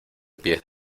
pies